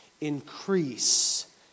Increase